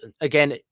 again